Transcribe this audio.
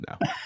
no